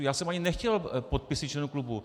Já jsem ani nechtěl podpisy členů klubu.